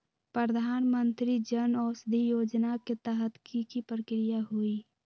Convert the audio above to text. प्रधानमंत्री जन औषधि योजना के तहत की की प्रक्रिया होई?